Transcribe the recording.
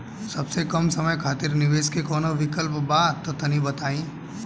सबसे कम समय खातिर निवेश के कौनो विकल्प बा त तनि बताई?